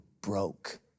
broke